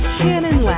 Shannon